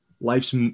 Life's